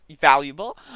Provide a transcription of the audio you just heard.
valuable